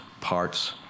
parts